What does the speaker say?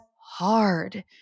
hard